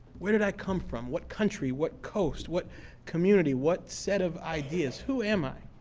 where did i come from? what country? what coast? what community? what set of ideas? who am i?